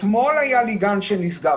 אתמול היה לי גן שנסגר.